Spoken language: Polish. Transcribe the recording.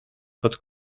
pod